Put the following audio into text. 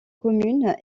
communes